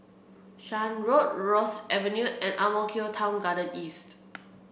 Shan Road Rosyth Avenue and Ang Mo Kio Town Garden East